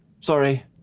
Sorry